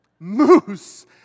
moose